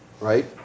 right